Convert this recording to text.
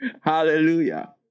Hallelujah